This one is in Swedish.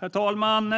Herr talman!